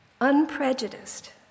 unprejudiced